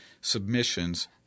submissions